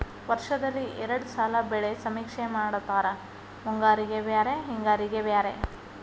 ವರ್ಷದಲ್ಲಿ ಎರ್ಡ್ ಸಲಾ ಬೆಳೆ ಸಮೇಕ್ಷೆ ಮಾಡತಾರ ಮುಂಗಾರಿಗೆ ಬ್ಯಾರೆ ಹಿಂಗಾರಿಗೆ ಬ್ಯಾರೆ